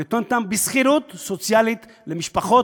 אני נותן אותן בשכירות סוציאלית למשפחות,